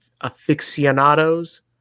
aficionados